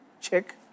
check